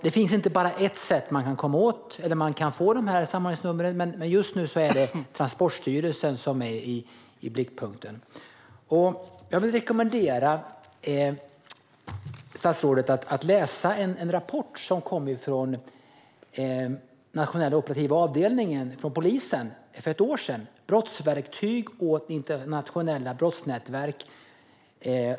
Det finns inte bara ett sätt som man kan få samordningsnummer på, men just nu är det Transportstyrelsen som är i blickpunkten. Jag vill rekommendera statsrådet att ta del av en rapport som kom från den nationella operativa avdelningen inom polisen för ett år sedan, Brottsverktyg åt internationella brottsnä t verk .